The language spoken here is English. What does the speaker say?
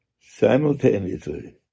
simultaneously